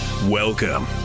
welcome